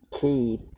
keep